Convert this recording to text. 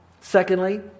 Secondly